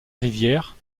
rivière